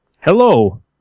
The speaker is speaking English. Hello